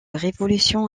révolution